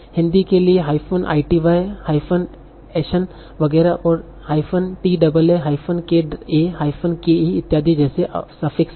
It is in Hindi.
हिंदी के लिए ity ation वगैरह और taa ka ke इत्यादि जैसे सफिक्स है